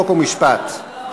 חוק ומשפט נתקבלה.